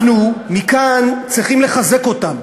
אנחנו מכאן צריכים לחזק אותם,